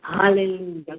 Hallelujah